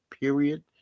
period